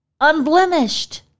unblemished